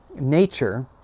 nature